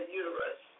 uterus